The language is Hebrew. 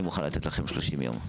אני מוכן לתת לכם 30 יום.